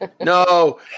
No